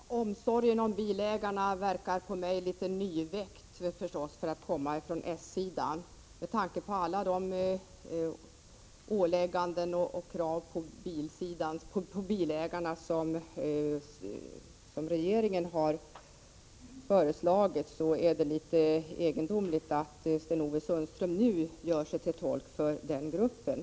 Herr talman! Omsorgen om bilägarna förefaller mig litet nyväckt för att komma från s-sidan. Med tanke på alla de ålägganden och krav på bilägarna som regeringen har föreslagit är det litet egendomligt att Sten-Ove Sundström nu gör sig till tolk för den gruppen.